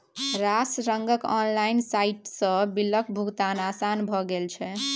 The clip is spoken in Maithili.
रास रंगक ऑनलाइन साइटसँ बिलक भोगतान आसान भए गेल छै